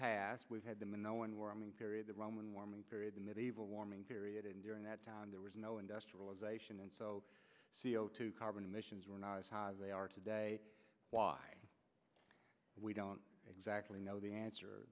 past we've had the minoan where i mean period the roman warming period the medieval warming period and during that time there was no industrialization and so c o two carbon emissions were not as high as they are today why we don't exactly know the answer